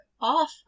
off